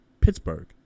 Pittsburgh